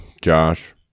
Josh